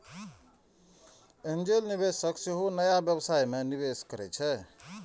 angel निवेशक सेहो नया व्यवसाय मे निवेश करै छै